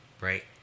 right